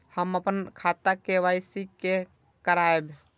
हम अपन खाता के के.वाई.सी के करायब?